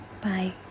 Bye